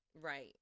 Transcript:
Right